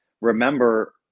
remember